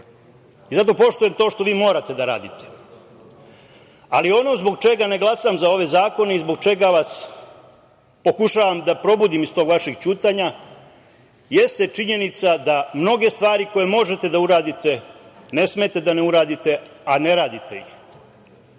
Zato poštujem to što vi morate da radite, ali ono zbog čega ne glasam za ove zakone i zbog čega pokušavam da vas probudim iz tog vašeg ćutanja jeste činjenica da mnoge stvari koje možete da uradite ne smete da ne uradite, a ne radite ih.